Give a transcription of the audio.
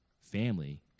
family